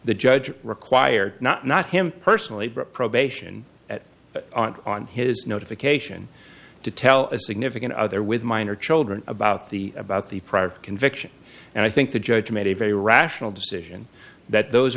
the judge required not not him personally probation at on his notification to tell a significant other with minor children about the about the prior conviction and i think the judge made a very rational decision that those